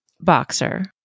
boxer